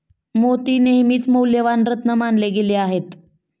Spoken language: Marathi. मोती नेहमीच मौल्यवान रत्न मानले गेले आहेत